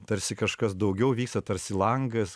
tarsi kažkas daugiau vyksta tarsi langas